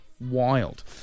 wild